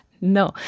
no